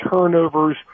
turnovers